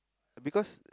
because